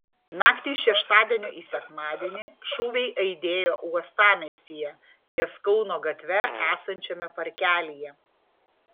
naktį iš šeštadienio į sekmadienį šūviai aidėjo uostamiestyje ties kauno gatve esančiame parkelyje